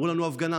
אמרו לנו, הפגנה.